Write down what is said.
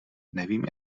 nevím